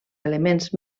elements